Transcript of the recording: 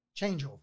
changeover